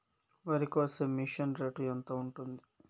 వరికోసే machine rate ఎంత ఉంటుంది?